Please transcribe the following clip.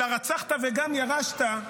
של "הרצחת וגם ירשת",